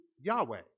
Yahweh